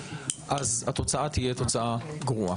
אז התוצאה תהיה תוצאה גרועה.